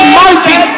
mighty